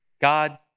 God